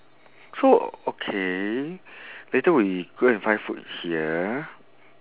so okay later we go and find food here